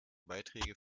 beiträge